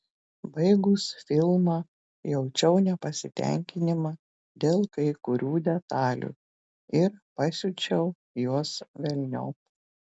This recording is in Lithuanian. baigus filmą jaučiau nepasitenkinimą dėl kai kurių detalių ir pasiučiau juos velniop